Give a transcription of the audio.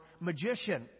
magician